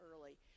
early